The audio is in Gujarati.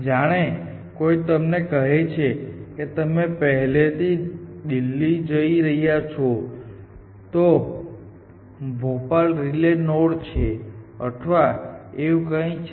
જાણે કોઈ તમને કહે કે તમે અહીંથી દિલ્હી જઈ રહ્યા છો તો ભોપાલ રિલે નોડ છે અથવા એવું કંઈક છે